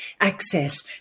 access